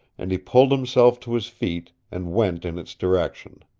and he pulled himself to his feet, and went in its direction.